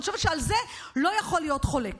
אני חושבת שעל זה לא יכול להיות חולק.